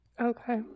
Okay